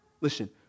listen